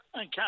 Okay